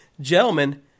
Gentlemen